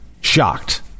Shocked